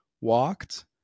walked